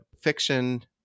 Fiction